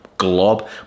glob